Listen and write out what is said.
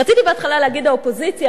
רציתי בהתחלה להגיד "האופוזיציה",